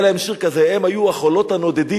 היה להם שיר כזה: הם היו החולות הנודדים,